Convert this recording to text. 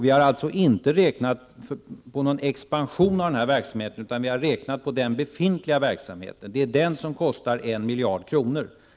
Vi har alltså inte räknat med någon expasion av denna verksamhet, utan vi har räknat på den befintliga verksamheten, som kostar 1 miljard kronor.